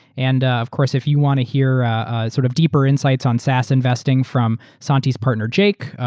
and of course, if you want to hear sort of deeper insights on saas investing from santiaeurs partner, jake,